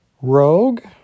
Rogue